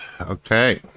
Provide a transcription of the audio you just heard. Okay